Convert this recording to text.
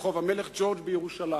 ברחוב המלך ג'ורג' בירושלים,